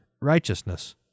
righteousness